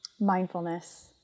Mindfulness